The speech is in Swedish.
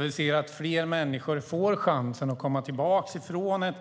Vi ser nu att fler människor med